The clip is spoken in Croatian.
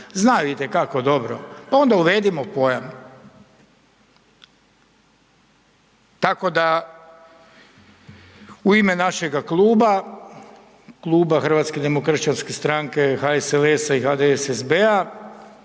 Znaju itekako dobro, pa onda uvedimo pojam. Tako da u ime našega kluba, Kluba Hrvatske demokršćanske stranke, HSLS-a i HDSSB-a